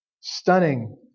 Stunning